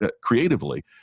creatively